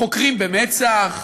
חוקרים במצ"ח,